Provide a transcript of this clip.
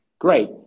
great